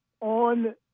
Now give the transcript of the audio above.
on